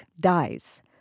dies